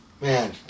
Man